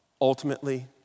ultimately